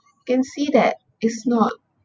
can see that it's not